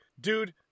Dude